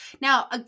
now